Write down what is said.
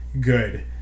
good